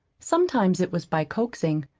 sometimes it was by coaxing,